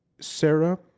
Sarah